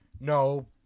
No